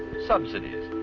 subsidies.